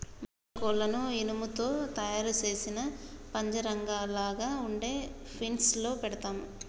మనం కోళ్లను ఇనుము తో తయారు సేసిన పంజరంలాగ ఉండే ఫీన్స్ లో పెడతాము